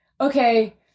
okay